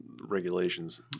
regulations